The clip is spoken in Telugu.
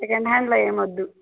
సెకండ్ హ్యాండ్లో ఏమొద్దు